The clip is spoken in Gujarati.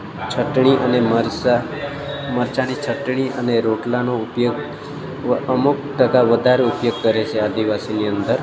ચટણી અને મરચાં મરચાંની ચટણી અને રોટલાનો ઉપયોગ વ અમુક ટકા વધારે ઉપયોગ કરે છે આદિવાસીની અંદર